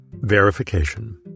Verification